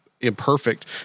imperfect